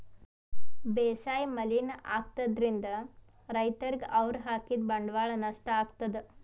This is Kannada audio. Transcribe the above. ಬೇಸಾಯ್ ಮಲಿನ್ ಆಗ್ತದ್ರಿನ್ದ್ ರೈತರಿಗ್ ಅವ್ರ್ ಹಾಕಿದ್ ಬಂಡವಾಳ್ ನಷ್ಟ್ ಆಗ್ತದಾ